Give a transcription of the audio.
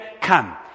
come